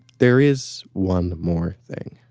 there is one more thing.